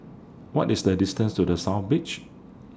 What IS The distance to The South Beach